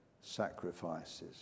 sacrifices